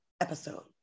episode